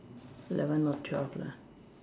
eleven or twelve lah